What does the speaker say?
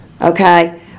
Okay